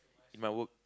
it might work